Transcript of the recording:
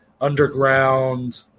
underground